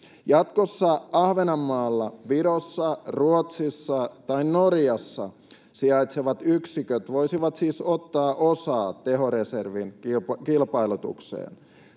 Jatkossa Ahvenanmaalla, Virossa, Ruotsissa tai Norjassa sijaitsevat yksiköt voisivat siis ottaa osaa tehoreservin kilpailutukseen.